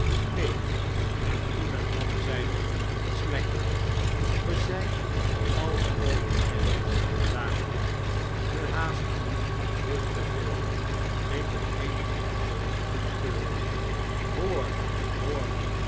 neen en toen een man zeide slackbridge ge zijt al te overijld daarin ge haast u veel te veel riepen eenige anderen goedkeurend hoor hoor